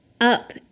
up